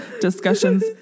discussions